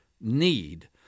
need